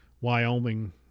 wyoming